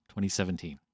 2017